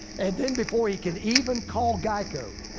and then before he can even call geico,